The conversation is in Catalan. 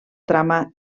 trama